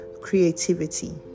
creativity